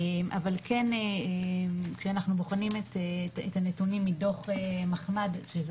אבל כן כשאנחנו בוחנים את הנתונים מדו"ח מחמד שזה